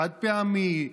חד-פעמי,